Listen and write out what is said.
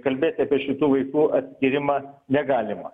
kalbėti apie šitų vaikų atskyrimą negalima